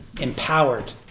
empowered